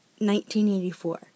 1984